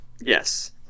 yes